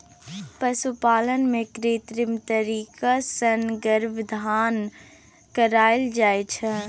पशुपालन मे कृत्रिम तरीका सँ गर्भाधान कराएल जाइ छै